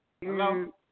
Hello